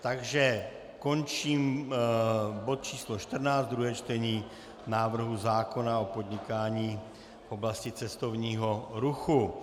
Takže končím bod číslo 14, druhé čtení návrhu zákona o podnikání v oblasti cestovního ruchu.